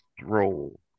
roll